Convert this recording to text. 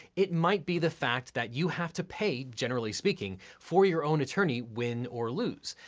it might be the fact that you have to pay, generally speaking, for your own attorney, win or lose.